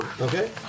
Okay